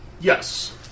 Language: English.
Yes